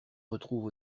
retrouve